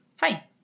Hi